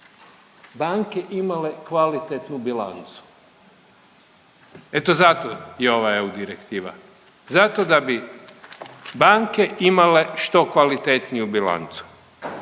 banke imale kvalitetnu bilancu. Eto zato je ova EU direktiva, zato da bi banke imale što kvalitetniju bilancu